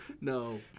No